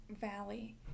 valley